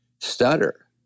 stutter